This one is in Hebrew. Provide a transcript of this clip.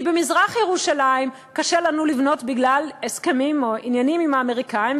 כי במזרח-ירושלים קשה לנו לבנות בגלל הסכמים או עניינים עם האמריקנים,